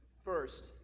first